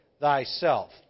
thyself